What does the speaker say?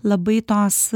labai tos